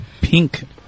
pink